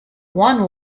one